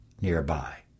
nearby